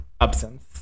absence